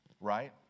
right